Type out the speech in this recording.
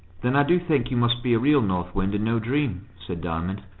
then i do think you must be a real north wind, and no dream, said diamond.